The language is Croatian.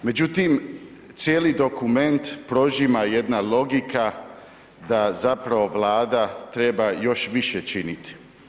Međutim cijeli dokument prožima jedna logika da zapravo Vlada treba još više činiti.